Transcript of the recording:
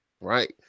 Right